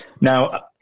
Now